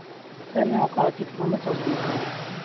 sir మేము ఒక six members వస్తున్నాం సార్